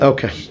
Okay